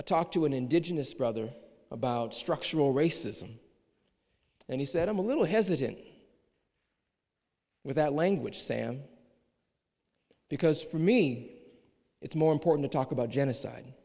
i talked to an indigenous brother about structural racism and he said i'm a little hesitant with that language sam because for me it's more important to talk about genocide